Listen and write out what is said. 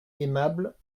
aimable